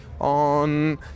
on